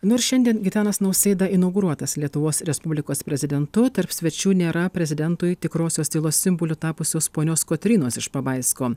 nors šiandien gitanas nausėda inauguruotas lietuvos respublikos prezidentu tarp svečių nėra prezidentui tikrosios tylos simboliu tapusios ponios kotrynos iš pabaisko